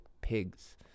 pigs